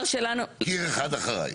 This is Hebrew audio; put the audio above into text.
קיר אחד אחריי.